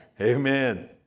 Amen